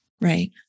right